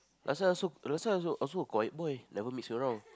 Rasa also Rasa also also quiet mind never mess around